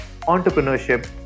entrepreneurship